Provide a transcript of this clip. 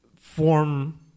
form